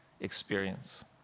experience